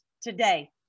today